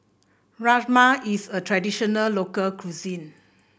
rajma is a traditional local cuisine